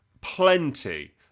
plenty